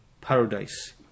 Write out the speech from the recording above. paradise